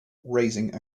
raising